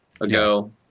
ago